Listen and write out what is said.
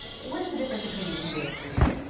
what is the difference between these two days for you?